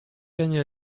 gagne